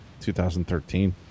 2013